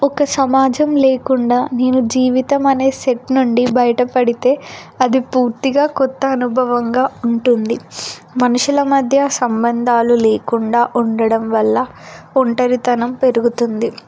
ఒక సమాజం లేకుండా మీరు జీవితం అనే సెట్ నుండి బయట పడితే అది పూర్తిగా కొత్త అనుభవంగా ఉంటుంది మనుషుల మధ్య సంబంధాలు లేకుండా ఉండడం వల్ల ఒంటరితనం పెరుగుతుంది